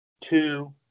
Two